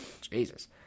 Jesus